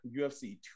UFC